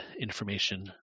information